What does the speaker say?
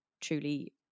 truly